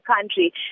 country